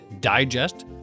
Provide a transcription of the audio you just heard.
Digest